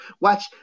Watch